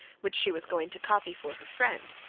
which she was going to copy for her friend,